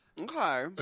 okay